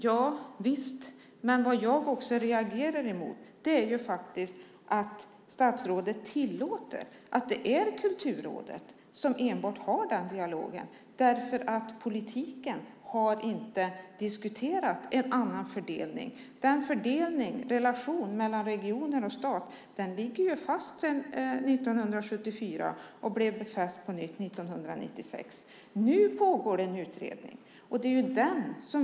Javisst, men jag reagerar mot att statsrådet tillåter att det är enbart Kulturrådet som har den dialogen. Politiken har inte diskuterat en annan fördelning. Fördelningen mellan regioner och stat ligger ju fast sedan 1974 och blev befäst på nytt 1996. Nu pågår det en utredning.